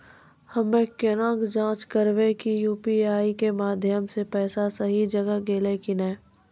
हम्मय केना जाँच करबै की यु.पी.आई के माध्यम से पैसा सही जगह गेलै की नैय?